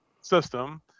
system